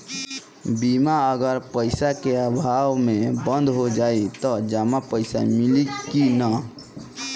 बीमा अगर पइसा अभाव में बंद हो जाई त जमा पइसा मिली कि न?